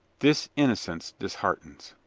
this innocence disheartens.